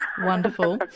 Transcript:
Wonderful